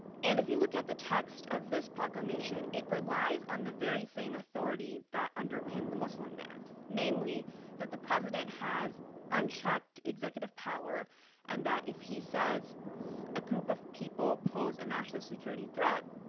and if you look at the text of this proclamation, it relies on the very same authority that underpinned the muslim ban, namely that the president has unchecked executive power and that if he says a group of people pose a national security threat,